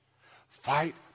Fight